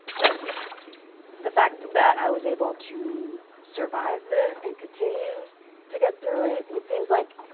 like the fact that i was able to survive this and continue to get through it, it seems like